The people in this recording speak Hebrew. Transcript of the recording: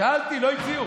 שאלתי, לא הציעו.